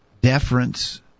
deference